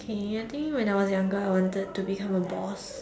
okay I think when I was younger I wanted to become a boss